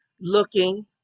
looking